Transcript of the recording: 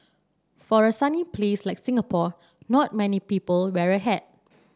for a sunny place like Singapore not many people wear a hat